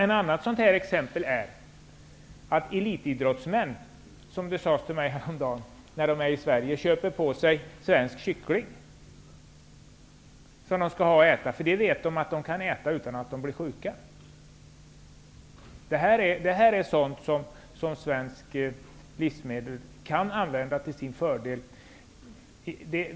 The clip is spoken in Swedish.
Ett annat exempel är att elitidrottsmän, som det sades till mig häromdagen, när de är i Sverige köper på sig svensk kyckling, för de vet att den kan de äta utan att bli sjuka. Det är sådant som svensk livsmedelsproduktion kan använda till sin fördel.